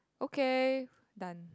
okay done